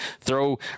throw